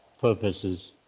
purposes